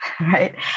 right